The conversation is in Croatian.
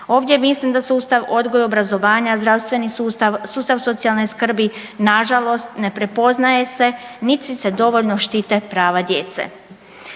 Ovdje mislim da sustav odgoja i obrazovanja, zdravstveni sustav, sustav socijalne skrbi na žalost ne prepoznaje se niti se dovoljno štite prava djece.